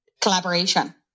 collaboration